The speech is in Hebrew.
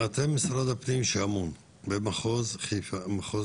אתם משרד הפנים במחוז צפון